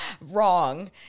Wrong